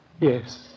Yes